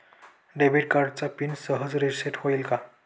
Debit कार्डचा pin सहज reset होईल का?